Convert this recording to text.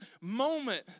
moment